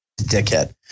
dickhead